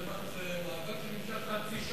זה מאבק שנמשך חצי שנה.